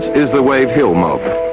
is the wave hill mob. and